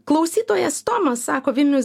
klausytojas tomas sako vilnius